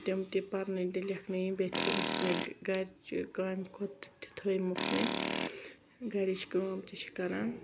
تِم تہِ پرنٲیِم تہٕ لٮ۪کھنٲیِم بیٚیہِ تھٲومٕژ چھِ مےٚ گَرِچہِ کامہِ کُن تہِ تھٲے مٕتۍ مےٚ گَرِچ کٲم تہِ چھِ کَران